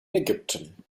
ägypten